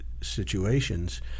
situations